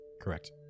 Correct